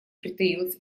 притаилась